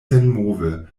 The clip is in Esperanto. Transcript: senmove